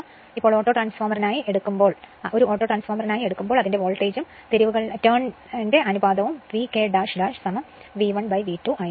ഇപ്പോൾ ഓട്ടോട്രാൻസ്ഫോർമർ ഒരു ഓട്ടോട്രാൻസ്ഫോർമറായി എടുക്കുമ്പോൾ അതിന്റെ വോൾട്ടേജും ടേൺസ് അനുപാതവും V K V1 V2 ആയിരിക്കും